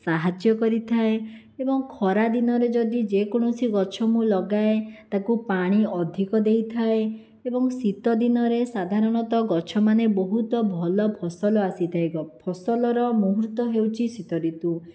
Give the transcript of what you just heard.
ସାହାଯ୍ୟ କରିଥାଏ ଏବଂ ଖରାଦିନରେ ଯଦି ଯେ କୌଣସି ଗଛ ମୁଁ ଲଗାଏ ତାକୁ ପାଣି ଅଧିକ ଦେଇଥାଏ ଏବଂ ଶୀତଦିନରେ ସାଧାରଣତଃ ଗଛମାନେ ବହୁତ ଭଲ ଫସଲ ଆସିଥାଏ ଫସଲର ମୁହୂର୍ତ୍ତ ହେଉଛି ଶୀତଋତୁ